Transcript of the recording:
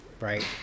right